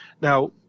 Now